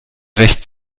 recht